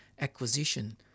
acquisition